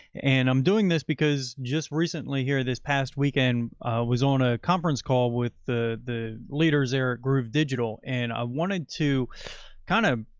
and i'm doing this because just recently here, this past weekend was on a conference call with the the leaders there at groove digital, and i wanted to kind of.